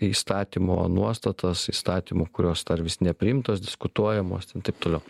įstatymo nuostatas įstatymų kurios dar vis nepriimtos diskutuojamos ten taip toliau